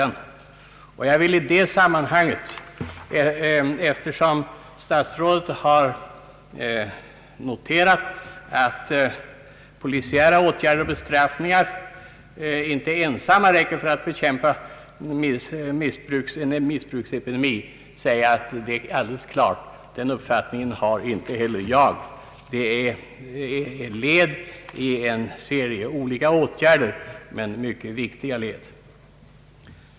Jag delar statsrådets uppfattning på denna punkt. De är led i en serie åtgärder, men mycket viktiga led.